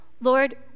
Lord